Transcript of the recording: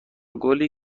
گلی